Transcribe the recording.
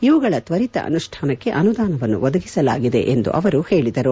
ಇವುಗಳ ತ್ವರಿತ ಅನುಷ್ಠಾನಕ್ಕೆ ಅನುದಾನವನ್ನು ಒದಗಿಸಲಾಗಿದೆ ಎಂದು ಅವರು ಹೇಳಿದರು